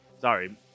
Sorry